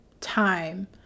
time